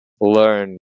learn